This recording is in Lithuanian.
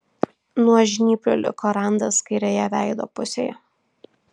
nuo žnyplių liko randas kairėje veido pusėje